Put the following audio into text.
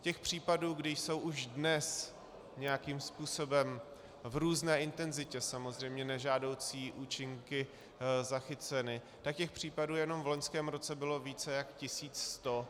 Těch případů, kdy jsou už dnes nějakým způsobem v různé intenzitě samozřejmě nežádoucí účinky zachyceny, těch případů jenom v loňském roce bylo více jak 1 100.